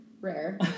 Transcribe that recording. rare